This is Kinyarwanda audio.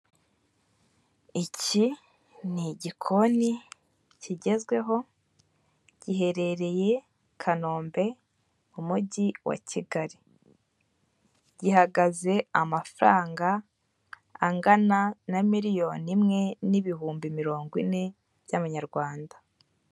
Iki ni igikoni kigezweho giherereye Kanombe mu mujyi wa Kigali, gihagaze amafaranga angana na miliyoni imwe n'ibihumbi mirongo ine by'amanyarwanda.